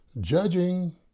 judging